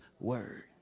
word